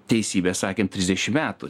teisybę sakėm trisdešim metų